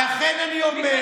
לכן אני אומר,